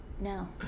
No